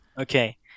Okay